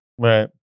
Right